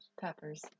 Peppers